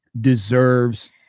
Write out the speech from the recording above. deserves